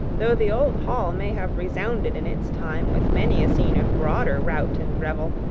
though the old hall may have resounded in its time with many a scene of broader rout and revel,